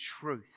truth